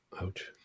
Ouch